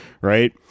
right